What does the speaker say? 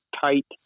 tight